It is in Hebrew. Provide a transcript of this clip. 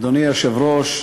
אדוני היושב-ראש,